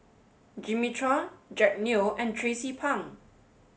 Jimmy Chua Jack Neo and Tracie Pang